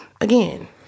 again